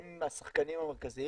הם השחקנים המרכזיים.